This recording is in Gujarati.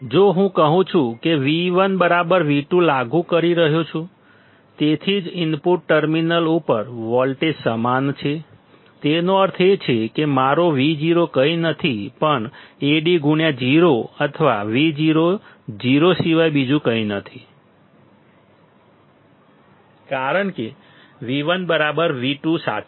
જો હું કહું કે હું V1V2 લાગુ કરી રહ્યો છું તેથી જ ઇનપુટ ટર્મિનલ ઉપર વોલ્ટેજ સમાન છે તેનો અર્થ એ છે કે મારો Vo કંઈ નથી પણ Ad0 અથવા Vo 0 સિવાય બીજું કંઈ નથી કારણ કે V1V2 સાચું